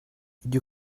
you